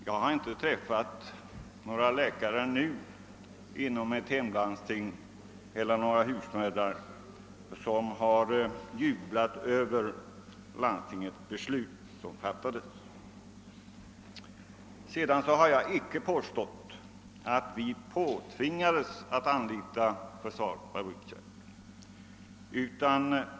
Jag har ännu inte inom mitt hemlandsting träffat några läkare eller några husmödrar som jublat över detta landstings beslut. Jag har icke påstått att vi tvingades att anlita försvarets fabriksverk.